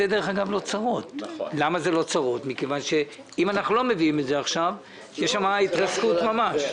זה לא צרות כי אם אנחנו לא מביאים את זה עכשיו תהיה שם התרסקות ממש.